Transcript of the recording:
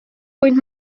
kuid